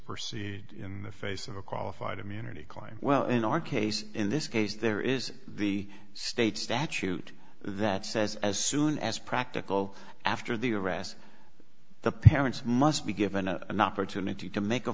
proceed in the face of a qualified immunity clime well in our case in this case there is the state statute that says as soon as practical after the arrest the parents must be given a an opportunity to make a